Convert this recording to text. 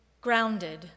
grounded